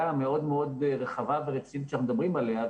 המאוד-מאוד רחבה ורצינית שאנחנו מדברים עליה,